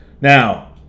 Now